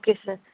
okay sir